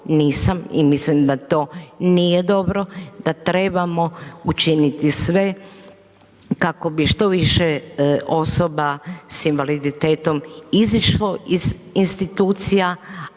i mislim da to nije dobro, da trebamo učiniti sve kako bi što više osoba s invaliditetom izišlo iz institucija,